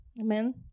amen